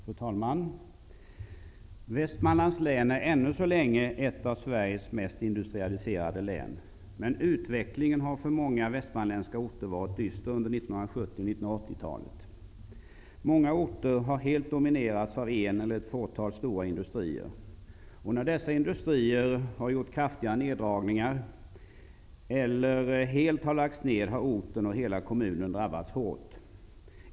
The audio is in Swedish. Fru talman! Västmanlands län är ännu så länge ett av Sveriges mest industrialiserade län. Men utvecklingen har för många västmanländska orter varit dyster under 1970 och 1980-talet. Många orter har helt dominerats av en eller ett fåtal stora industrier. När dessa industrier har gjort kraftiga neddragningar eller helt lagts ned har orten och hela kommunen drabbats hårt.